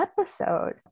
episode